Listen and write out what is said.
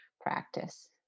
practice